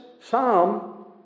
psalm